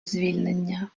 звільнення